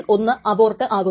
ഈ ഒരു അപേക്ഷ അനുവദിക്കും